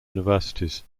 universities